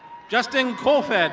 justin colfed.